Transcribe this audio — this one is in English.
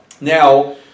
Now